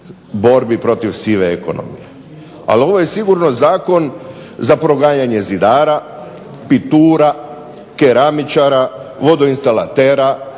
Ali ovo je sigurno zakon za proganjanje zidara, pitura, keramičara, vodoinstalatera,